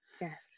yes